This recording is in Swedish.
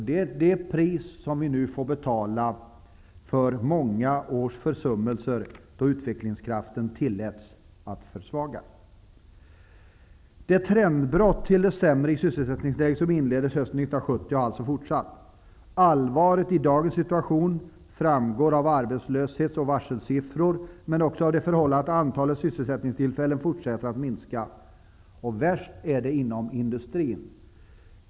Det är det priset vi nu får betala för många års försummelser, då utvecklingskraften tilläts att försvagas. Det trendbrott till det sämre i sysselsättningsläget som inleddes hösten 1990 har alltså fortsatt. Allvaret i dagens situation framgår av arbetslöshets och varselsiffror men också av det förhållandet att antalet sysselsättningstillfällen fortsätter att minska. Värst är det inom industrin.